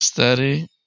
Steady